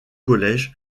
college